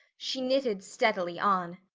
she knitted steadily on.